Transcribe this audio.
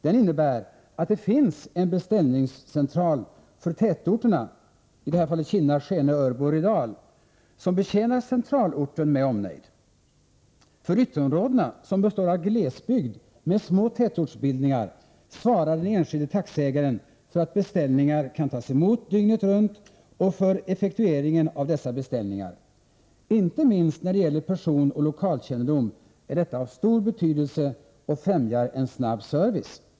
Den innebär att det finns en beställningscentral för tätorterna Kinna, Skene, Örby och Rydal, som betjänar centralorten med omnejd. När det gäller ytterområdena, som består av glesbygd med små tätortsbildningar, svarar den enskilde taxiägaren för att beställningar kan tas emot dygnet runt och för effektueringen av dessa beställningar. Inte minst när det gäller personoch lokalkännedom är detta av stor betydelse och främjar en snabb service.